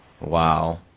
Wow